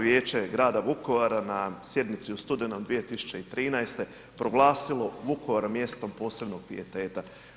vijeće grada Vukovara na sjednici u studenom 2013. proglasilo Vukovar mjestom posebnog pijeteta.